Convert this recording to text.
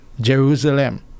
Jerusalem